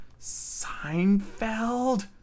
Seinfeld